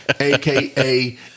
aka